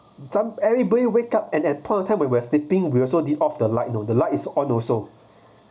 some anybody wake up and at that point of time we were sleeping we also the off the light the light is on also